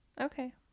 okay